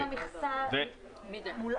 אם המכסה מולאה.